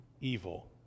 evil